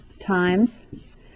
times